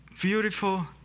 beautiful